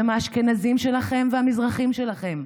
הם האשכנזים שלכם והמזרחים שלכם,